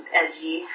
edgy